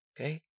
Okay